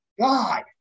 God